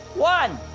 one.